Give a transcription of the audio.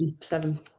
seven